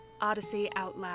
odysseyoutloud